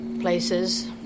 Places